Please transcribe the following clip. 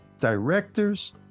directors